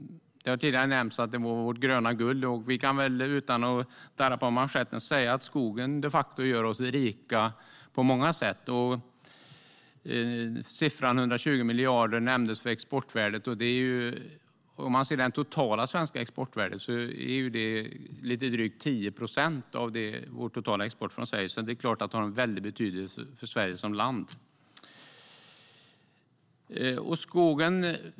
Det har tidigare nämnts att den är vårt gröna guld, och vi kan väl utan att darra på manschetten säga att skogen de facto gör oss rika på många sätt. Siffran 120 miljarder i exportvärde nämndes. Det är lite drygt 10 procent av det totala svenska exportvärdet, så det är klart att skogen har en väldig betydelse för Sverige som land.